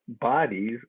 bodies